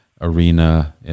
Arena